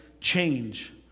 Change